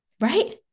right